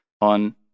on